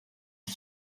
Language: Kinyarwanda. iki